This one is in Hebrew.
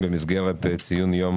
במסגרת ציון יום